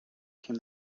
came